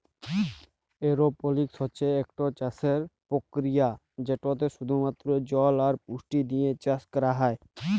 এরওপলিক্স হছে ইকট চাষের পরকিরিয়া যেটতে শুধুমাত্র জল আর পুষ্টি দিঁয়ে চাষ ক্যরা হ্যয়